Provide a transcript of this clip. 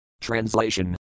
Translation